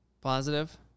Positive